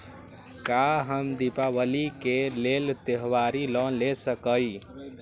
का हम दीपावली के लेल त्योहारी लोन ले सकई?